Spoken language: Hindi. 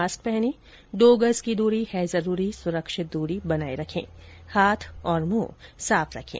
मास्क पहनें दो गज़ की दूरी है जरूरी सुरक्षित दूरी बनाए रखें हाथ और मुंह साफ रखें